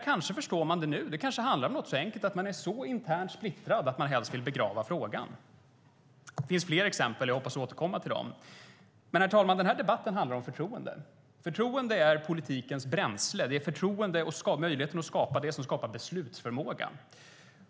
Kanske förstår jag det nu. Det kanske handlar om något så enkelt som att man internt är så splittrad att man helst vill begrava frågan. Det finns fler exempel. Jag hoppas få återkomma till dem. Men, herr talman, den här debatten handlar om förtroende. Förtroende är politikens bränsle. Det är förtroende som skapar beslutsförmåga.